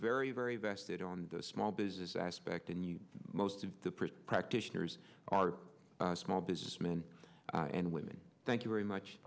very very vested in the small business aspect and you most of the practitioners are small business men and women thank you very much